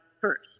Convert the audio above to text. first